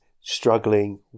struggling